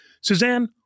Suzanne